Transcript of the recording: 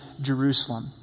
Jerusalem